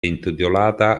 intitolata